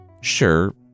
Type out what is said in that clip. Sure